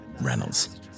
Reynolds